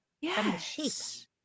Yes